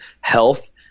health